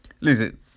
listen